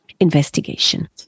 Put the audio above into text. investigation